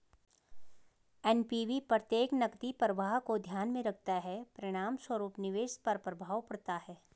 NPV प्रत्येक नकदी प्रवाह को ध्यान में रखता है, परिणामस्वरूप निवेश पर प्रभाव पड़ता है